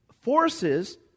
forces